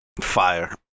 Fire